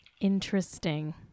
interesting